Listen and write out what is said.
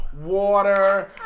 water